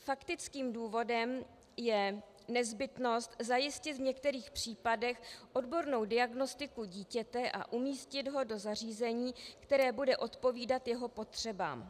Faktickým důvodem je nezbytnost zajistit v některých případech odbornou diagnostiku dítěte a umístit ho do zařízení, které bude odpovídat jeho potřebám.